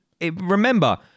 remember